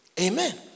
amen